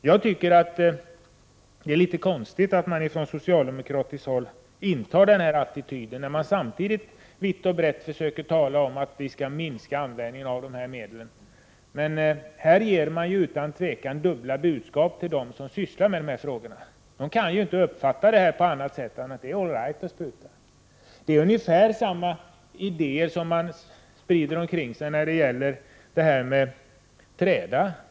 Jag tycker att det är konstigt att man från socialdemokratiskt håll intar den här attityden, när man samtidigt vitt och brett talar om att vi skall minska användningen av dessa medel. Här ger man utan tvivel dubbla budskap till dem som sysslar med dessa frågor. De kan ju inte uppfatta uttalandena på annat sätt än att det är all right att bespruta. Ungefär samma idéer sprider socialdemokraterna omkring sig när det gäller träda.